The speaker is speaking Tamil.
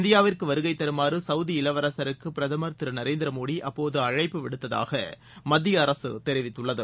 இந்தியாவிற்கு வருகை தருமாறு சவுதி இளவரசருக்கு பிரதமர் திரு நரேந்திர மோடி அப்போது அழைப்பு விடுத்ததாக மத்திய அரசு தெரிவித்துள்ளது